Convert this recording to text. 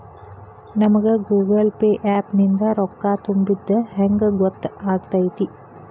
ನಮಗ Google Pay app ನಿಂದ ರೊಕ್ಕಾ ತುಂಬಿದ್ದ ಹೆಂಗ್ ಗೊತ್ತ್ ಆಗತೈತಿ?